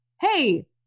hey